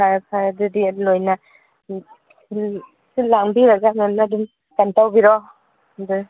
ꯐꯔꯦ ꯐꯔꯦ ꯑꯗꯨꯗꯤ ꯂꯣꯏꯅ ꯁꯤꯜ ꯂꯥꯡꯕꯤꯔꯒ ꯃꯦꯝꯅ ꯑꯗꯨꯝ ꯀꯩꯅꯣ ꯇꯧꯕꯣꯔꯣ ꯑꯗꯨ